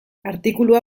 artikulua